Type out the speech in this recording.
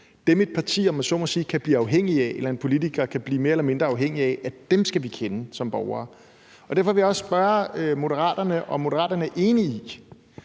af, eller en politiker kan blive mere eller mindre afhængig af. Dem skal vi kende som borgere. Derfor vil jeg også spørge Moderaterne, om Moderaterne enige i,